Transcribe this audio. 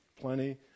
Plenty